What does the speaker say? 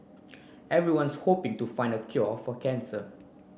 everyone's hoping to find the cure for cancer